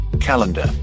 calendar